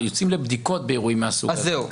יוצאים לבדיקות באירועים מהסוג הזה.